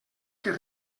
que